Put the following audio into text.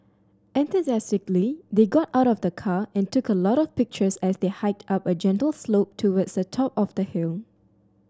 enthusiastically they got out of the car and took a lot of pictures as they hiked up a gentle slope towards the top of the hill